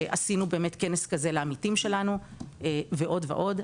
שעשינו באמת כנס כזה לעמיתים שלנו ועוד ועוד.